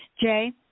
Jay